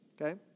Okay